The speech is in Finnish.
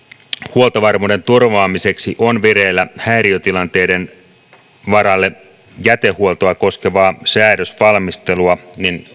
huoltovarmuuden turvaamiseksi on vireillä häiriötilanteiden varalle jätehuoltoa koskevaa säädösvalmistelua